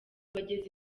bageze